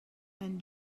and